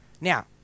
Now